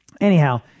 Anyhow